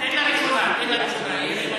תן לה ראשונה, היא הרימה את היד.